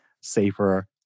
safer